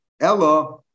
Ella